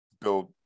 build